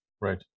right